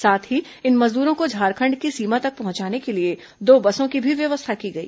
साथ ही इन मजदूरों को झारखंड की सीमा तक पहुंचाने के लिए दो बसों की भी व्यवस्था की गई